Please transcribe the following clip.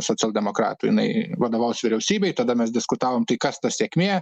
socialdemokratų jinai vadovaus vyriausybei tada mes diskutavom tai kas ta sėkmė